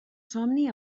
somni